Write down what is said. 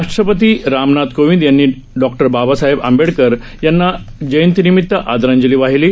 राष्ट्रपती रामनाथ कोविंद यांनी बाबासाहेब आंबेडकर यांना जयंतीनिमित आदरांजली वाहिली आहे